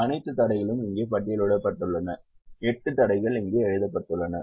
அனைத்து தடைகளும் இங்கே பட்டியலிடப்பட்டுள்ளன 8 தடைகள் இங்கே எழுதப்பட்டுள்ளன